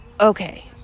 okay